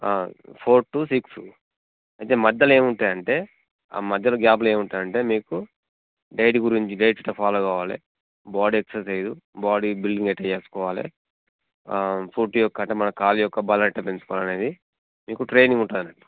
four to six అయితే మధ్యలో ఏమి ఉంటాయంటే ఆ మధ్యలో గ్యాప్లో ఏమి ఉంటాయంటే మీకు డైట్ గురించి డైట్ ఎట్టా ఫాలో కావాలి బాడీ ఎక్సర్సైస్ బాడీ బిల్డింగ్ ఎట్టా చేసుకోవాలి ఫుట్ యొక్క అంటే మన కాలి యొక్క బలం ఎట్టా పెంచుకోవాలి అనేది మీకు ట్రైనింగ్ ఉంటుంది అన్నట్టు